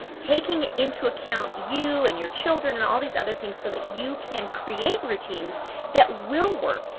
taking into account you and your children and all these other things so that you can create routines that will work.